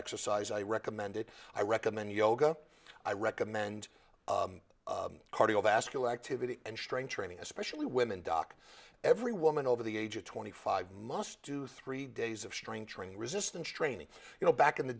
exercise i recommend it i recommend yoga i recommend cardiovascular activity and strength training especially women doc every woman over the age of twenty five must do three days of strength training resistance training you know back in the